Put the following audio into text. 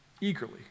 Eagerly